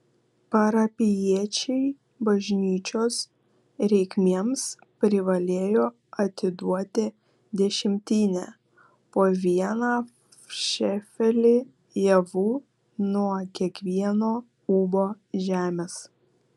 parapijiečiai bažnyčios reikmėms privalėjo atiduoti dešimtinę po vieną šėfelį javų nuo kiekvieno ūbo žemės